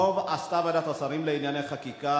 טוב עשתה ועדת השרים לענייני חקיקה